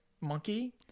Monkey